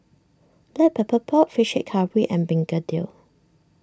Black Pepper Pork Fish Head Curry and Begedil